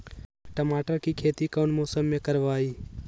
टमाटर की खेती कौन मौसम में करवाई?